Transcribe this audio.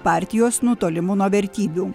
partijos nutolimu nuo vertybių